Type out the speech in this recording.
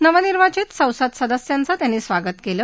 नवनिर्वाचित संसद सदस्यांचं त्यांनी स्वागत केलं